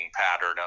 pattern